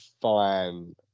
fine